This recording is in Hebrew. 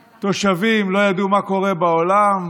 התושבים לא ידעו מה קורה בעולם,